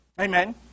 Amen